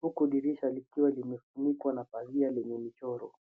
huku dirisha likiwa limefunikwa na pazia lenye michoro.